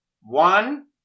one